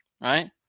Right